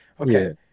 Okay